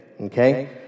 okay